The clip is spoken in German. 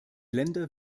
länder